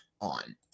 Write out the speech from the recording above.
on